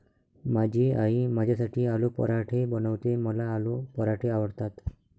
माझी आई माझ्यासाठी आलू पराठे बनवते, मला आलू पराठे आवडतात